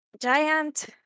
giant